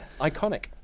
iconic